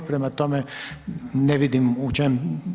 Prema tome, ne vidim u čemu